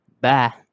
Bye